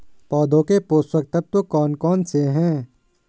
पौधों के पोषक तत्व कौन कौन से हैं?